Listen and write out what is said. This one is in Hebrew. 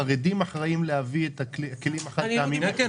החרדים אחראיים להביא את הכלים החד-פעמיים לים.